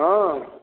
हँ